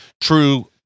true